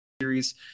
series